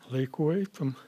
laiku eitum